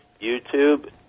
YouTube